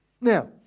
Now